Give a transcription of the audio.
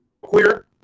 queer